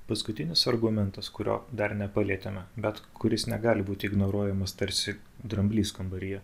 paskutinis argumentas kurio dar nepalietėme bet kuris negali būti ignoruojamas tarsi dramblys kambaryje